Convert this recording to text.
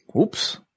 Oops